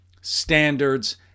standards